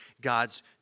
God's